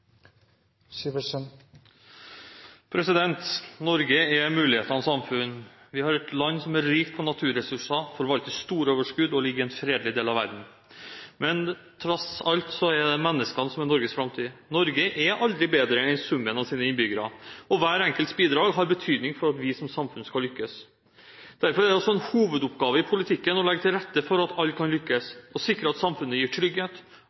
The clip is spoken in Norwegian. samfunn. Vårt land er rikt på naturressurser, forvalter store overskudd og ligger i en fredelig del av verden. Men tross alt er det menneskene som er Norges framtid. Norge er aldri bedre enn summen av sine innbyggere. Hver enkelts bidrag har betydning for at vi som samfunn skal lykkes. Derfor er det også en hovedoppgave i politikken å legge til rette for at alle kan lykkes, å sikre at samfunnet gir trygghet,